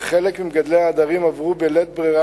וחלק ממגדלי העדרים עברו בלית ברירה